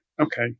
okay